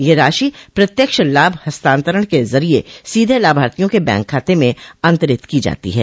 यह राशि प्रत्यक्ष लाभ हस्तांतरण के जरिए सीधे लाभार्थियों के बैंक खाते में अंतरित की जाती है